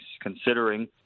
considering